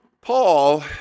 Paul